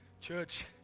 Church